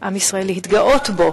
עם ישראל להתגאות בו,